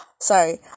sorry